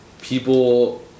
people